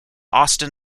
austin